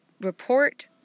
report